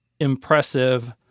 impressive